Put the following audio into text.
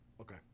Okay